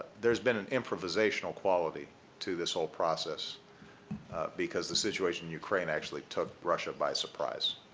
there's been an improvisational quality to this whole process because the situation in ukraine actually took russia by surprise.